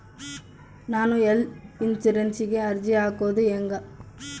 ನಾನು ಹೆಲ್ತ್ ಇನ್ಸುರೆನ್ಸಿಗೆ ಅರ್ಜಿ ಹಾಕದು ಹೆಂಗ?